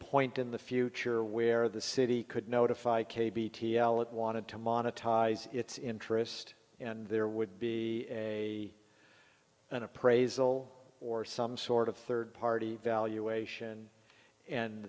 point in the future where the city could notify k b t l it wanted to monetize its interest and there would be a an appraisal or some sort of third party valuation and